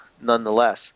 nonetheless